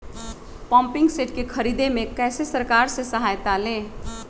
Pumping set के ख़रीदे मे कैसे सरकार से सहायता ले?